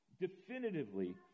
definitively